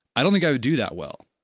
i don't think i would do that well,